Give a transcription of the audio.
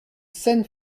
scène